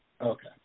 Okay